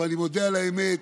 אבל אני מודה על האמת,